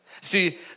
See